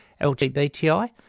LGBTI